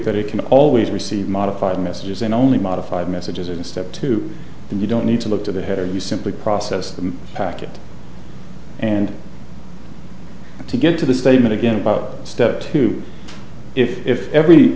that it can always receive modified messages and only modified messages in step two and you don't need to look to the header you simply process the packet and to get to the statement again about step two if every